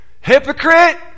Hypocrite